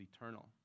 eternal